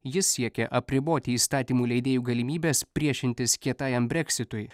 jis siekia apriboti įstatymų leidėjų galimybes priešintis kietajam breksitui